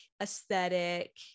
aesthetic